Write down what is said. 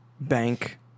bank